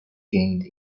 gained